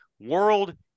world